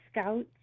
scouts